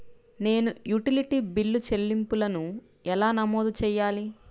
నేను utility bill చెల్లింపులను ఎలా నమోదు చేయాలి?